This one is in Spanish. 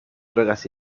drogas